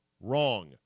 wrong